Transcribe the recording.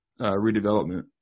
redevelopment